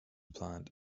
planned